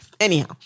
Anyhow